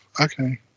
Okay